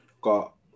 got